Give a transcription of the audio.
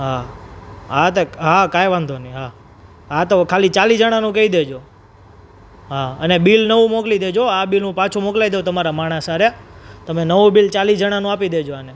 હા હા તે હા કાંઈ વાંધો નહીં હા હા તો ખાલી ચાલી જણાનું કહી દેજો હા અને બિલ નવું મોકલી દેજો આ બિલ હૉ પાછું મોકલાવી દઉં તમારા માણસ હારે તમે નવું બિલ ચાલીસ જણાનું આપી દેજો આને